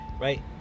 Right